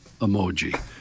emoji